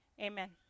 amen